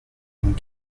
nous